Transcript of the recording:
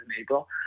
April